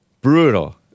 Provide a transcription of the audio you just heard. Brutal